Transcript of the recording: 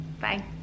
Bye